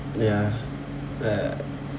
ya uh